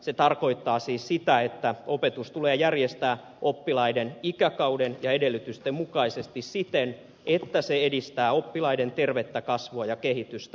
se tarkoittaa siis sitä että opetus tulee järjestää oppilaiden ikäkauden ja edellytysten mukaisesti siten että se edistää oppilaiden tervettä kasvua ja kehitystä